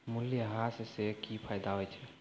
मूल्यह्रास से कि फायदा होय छै?